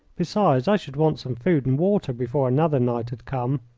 besides, i should want some food and water before another night had come.